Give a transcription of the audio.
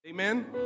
Amen